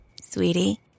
Sweetie